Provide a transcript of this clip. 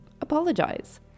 apologize